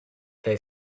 they